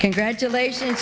congratulations